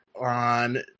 on